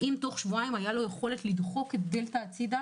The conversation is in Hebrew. אם תוך שבועיים הייתה לו היכולת לדחוק את דלתא הצדה